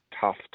tough